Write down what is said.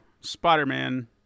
Spider-Man